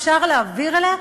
אפשר להעביר אליה,